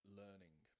learning